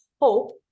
hope